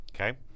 Okay